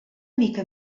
mica